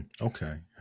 Okay